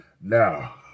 now